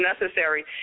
necessary